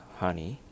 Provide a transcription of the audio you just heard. honey